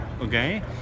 okay